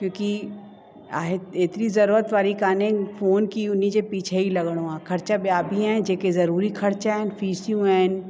क्योकि आहे एतिरी ज़रूरत वारी कोन्हे फोन की उनजे पीछे ई लगिणो आहे ख़र्चु ॿिया बि आहिनि जेके ज़रूरी ख़र्चु आहिनि फीसियूं आहिनि